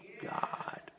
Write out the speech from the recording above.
God